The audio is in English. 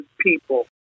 people